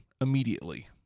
immediately